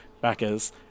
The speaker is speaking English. backers